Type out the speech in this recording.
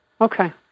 Okay